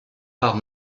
par